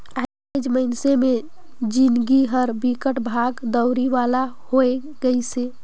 आएज मइनसे मे जिनगी हर बिकट भागा दउड़ी वाला होये गइसे